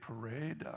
parade